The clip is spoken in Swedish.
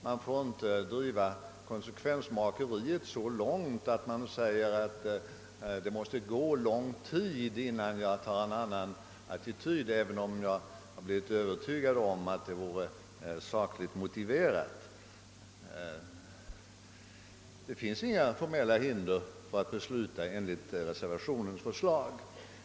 Man får inte driva konsekvensmakeriet därhän, att man säger att det måste gå lång tid innan man intar en annan ståndpunkt, även om man övertygats om att en sådan är sakligt motiverad. Det finns inga formella hinder för att besluta enligt reservationens förslag.